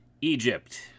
Egypt